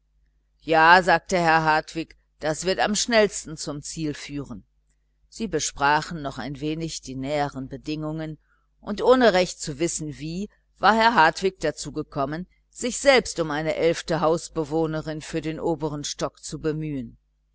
ja sagte herr hartwig das wird am schnellsten zum ziel führen sie besprachen noch ein wenig die näheren bedingungen und ohne recht zu wissen wie war herr hartwig dazu gekommen sich selbst um eine elfte hausbewohnerin für den obern stock zu bemühen